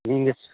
நீங்கள்